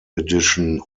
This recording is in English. edition